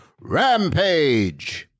Rampage